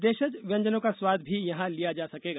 देशज व्यंजनों का स्वाद भी यहाँ लिया जा सकेगा